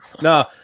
no